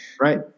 right